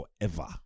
forever